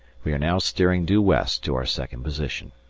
we are now steering due west to our second position.